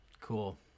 Cool